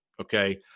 Okay